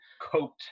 coat